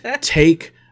Take